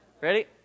Ready